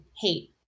hate